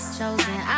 Chosen